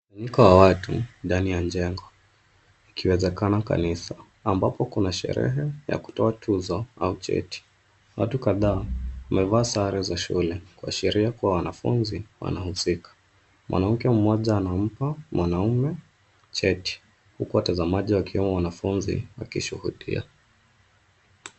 Muiko wa watu ndani ya jengo ikiwezekana kanisa, ambapo kuna sherehe ya kutoa tuzo au cheti. Watu kadhaa wamevaa sare za shule kuashiria kuwa wanafunzi wanahusika. Mwanamke mmoja anampa mwanaume cheti huku watazamaji wakiwemo wanafunzi wakishuhudia.